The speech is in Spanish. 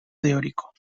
teórico